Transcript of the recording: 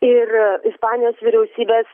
ir ispanijos vyriausybės